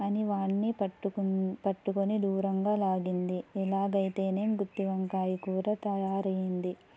అని వాడిని పట్టుకు పట్టుకొని దూరంగా లాగింది ఎలాగైతేనేం గుత్తి వంకాయ కూర తయారు అయ్యింది